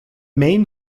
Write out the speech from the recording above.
main